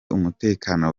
umutekano